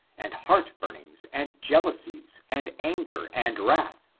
and heart burnings, and jealousies, and anger, and wrath,